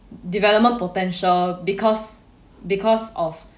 development potential because because of